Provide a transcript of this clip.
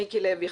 מיקי לוי,